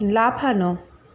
লাফানো